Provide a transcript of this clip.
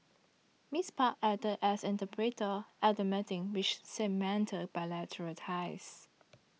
Miss Park acted as interpreter at the meeting which cemented bilateral ties